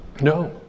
No